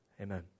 Amen